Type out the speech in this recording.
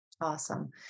Awesome